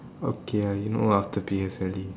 okay uh you know after P_S_L_E